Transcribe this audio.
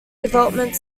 development